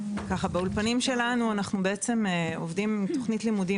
באולפנים שלנו אנחנו עובדים עם תוכנית לימודים